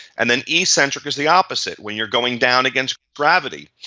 and then eccentric is the opposite. when you're going down against gravity.